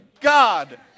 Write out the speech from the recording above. God